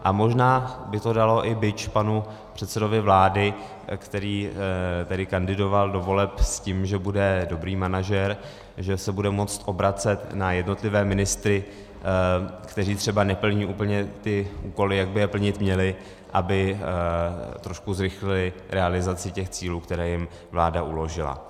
A možná by to dalo i bič panu předsedovi vlády, který tedy kandidoval do voleb s tím, že bude dobrý manažer, že se bude moct obracet na jednotlivé ministry, kteří třeba neplní úplně ty úkoly, jak by je plnit měli, aby trošku zrychlili realizaci těch cílů, které jim vláda uložila.